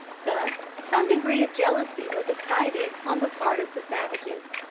thus some degree of jealousy was excited on the part of the savages.